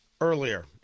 earlier